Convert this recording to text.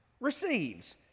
receives